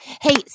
Hey